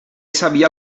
sabia